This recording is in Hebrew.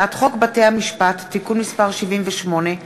הצעת חוק בתי-המשפט (תיקון מס' 78),